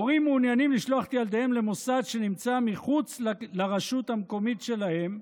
הורים מעוניינים לשלוח את ילדיהם למוסד שנמצא מחוץ לרשות המקומית שלהם,